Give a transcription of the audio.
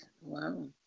Wow